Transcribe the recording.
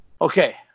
Okay